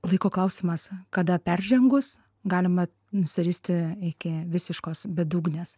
laiko klausimas kada peržengus galima nusiristi iki visiškos bedugnės